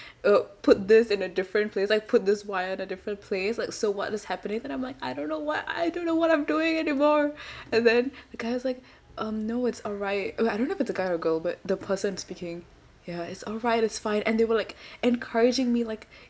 uh put this in a different place like put this wire in a different place like so what is happening then I'm like I don't know what I don't know what I'm doing anymore and then the guy was like um no it's alright wait I don't know if it's a guy or girl but the person speaking ya it's alright it's fine and they were like encouraging me like